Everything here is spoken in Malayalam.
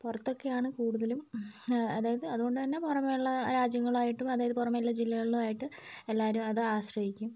പുറത്തൊക്കെയാണ് കൂടുതലും അതായത് അതുകൊണ്ടുതന്നെ പുറമേയുള്ള രാജ്യങ്ങളായിട്ടും അതായത് പുറമെയുള്ള ജില്ലകളിലായിട്ട് എല്ലാവരും അത് ആശ്രയിക്കും